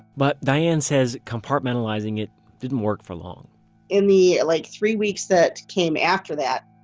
but diane says compartmentalizing it didn't work for long in the like three weeks that came after that,